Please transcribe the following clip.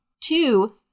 Two